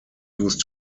used